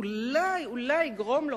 אולי יגרום לו,